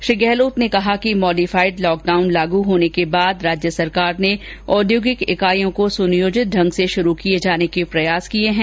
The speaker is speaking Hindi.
श्री गहलोत ने कहा कि मॉडिफाइड लॉकडाउन लागू होने के बाद राज्य सरकार ने औद्योगिक इकाइयों को सुनियोजित ढंग से शुरू किए जाने के प्रयास किए हैं